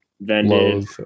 Vended